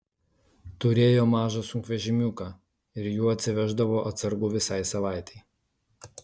turėjo mažą sunkvežimiuką ir juo atsiveždavo atsargų visai savaitei